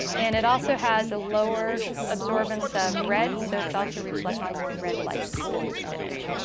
and it also has a lower absorbance of red, so it's also reflecting more red light than the spinach.